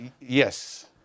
Yes